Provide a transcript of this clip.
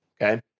okay